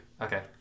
Okay